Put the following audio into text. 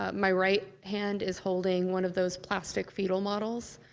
um my right hand is holding one of those plastic fetal models,